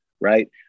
right